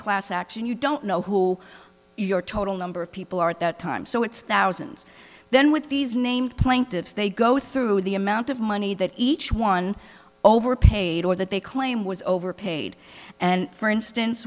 class action you don't know who your total number of people are at that time so it's thousands then with these named plaintiffs they go through the amount of money that each one overpaid or that they claim was overpaid and for instance